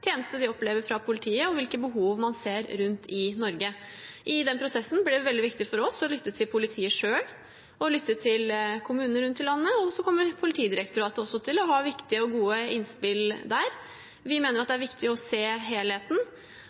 de opplever fra politiet, og hvilke behov man ser rundt i Norge. I den prosessen blir det veldig viktig for oss å lytte til politiet selv og å lytte til kommunene rundt i landet, og så kommer også Politidirektoratet til å ha viktige og gode innspill der. Vi mener det er viktig å se helheten.